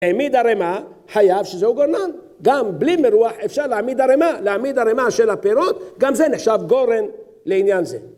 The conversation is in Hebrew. העמיד ערמה חייב שזהו גורנן, גם בלי מרוח אפשר להעמיד ערמה, להעמיד ערמה של הפירות, גם זה נחשב גורן לעניין זה.